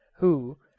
who,